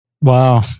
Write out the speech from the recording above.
Wow